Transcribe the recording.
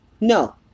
No